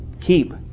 keep